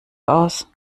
aus